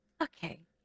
Okay